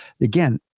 again